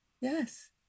Yes